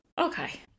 okay